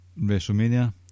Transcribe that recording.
WrestleMania